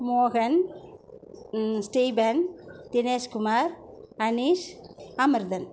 மோகன் ஸ்டீபன் தினேஷ்குமார் அனிஷ் அமர்தன்